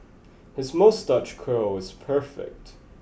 his moustache curl is perfect